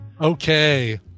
okay